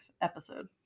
episode